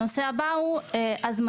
הנושא הבא הוא הזמנים.